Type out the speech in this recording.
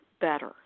better